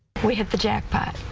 we hit the jackpot.